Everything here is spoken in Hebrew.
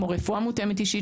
כמו רפואה מותאמת אישית,